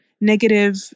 negative